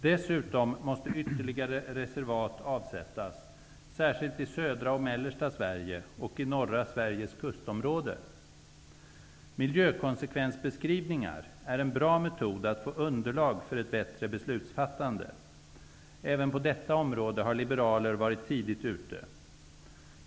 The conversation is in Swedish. Dessutom måste ytterligare reservat avsättas, särskilt i södra och mellersta Sverige och i norra Miljökonsekvensbeskrivningar är en bra metod att få underlag för ett bättre beslutsfattande. Även på detta område har liberaler varit tidigt ute.